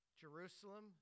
Jerusalem